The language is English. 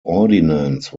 ordinance